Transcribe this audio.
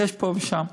יש פה ושם.